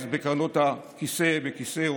משה אבוטבול, בבקשה.